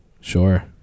Sure